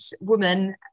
woman